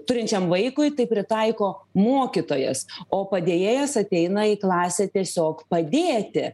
turinčiam vaikui tai pritaiko mokytojas o padėjėjas ateina į klasę tiesiog padėti